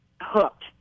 hooked